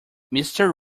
mister